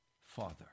Father